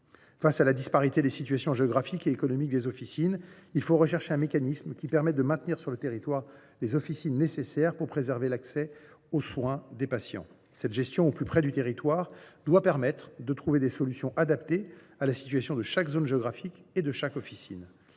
Face à la disparité des situations géographiques et économiques dans lesquelles les officines sont placées, il faut rechercher un mécanisme à même de maintenir, à travers le pays, les pharmacies nécessaires pour préserver l’accès aux soins des patients. Cette gestion au plus près du terrain doit permettre de trouver des solutions adaptées à la situation de chaque zone géographique et de chaque officine.